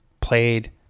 played